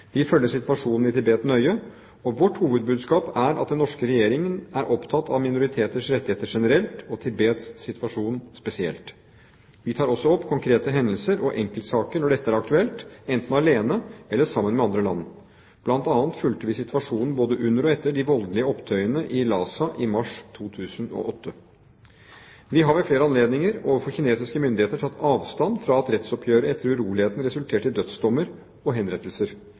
Vi følger situasjonen i Tibet nøye, og vårt hovedbudskap er at den norske regjeringen er opptatt av minoriteters rettigheter generelt og Tibets situasjon spesielt. Vi tar også opp konkrete hendelser og enkeltsaker når dette er aktuelt, enten alene eller sammen med andre land. Blant annet fulgte vi situasjonen både under og etter de voldelige opptøyene i Lhasa i mars 2008. Vi har ved flere anledninger overfor kinesiske myndigheter tatt avstand fra at rettsoppgjøret etter urolighetene resulterte i dødsdommer og henrettelser.